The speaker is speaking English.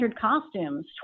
costumes